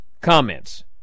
comments